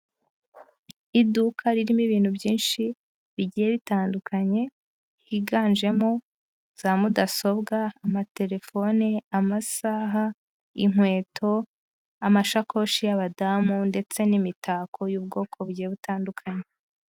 Iduka ririmo ibintu byinshi bigiye bitandukanye higanjemo za mudasobwa, amaterefone, amasaha, inkweto, amashakoshi y'abadamu ndetse n'imitako y'ubwoko bugiye butandukanye.